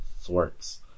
sorts